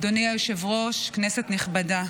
אדוני היושב-ראש, כנסת נכבדה,